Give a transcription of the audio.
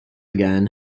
again